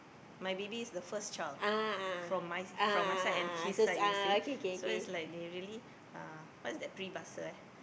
my baby is the first child from my from my side and his side you see so it's like they really uh what's that peribahasa eh